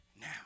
now